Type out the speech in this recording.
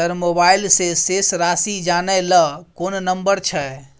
Sir mobile से शेस राशि जानय ल कोन नंबर छै?